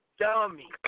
dummy